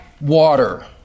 water